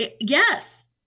Yes